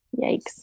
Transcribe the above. yikes